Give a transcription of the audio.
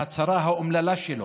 בהצהרה האומללה שלו,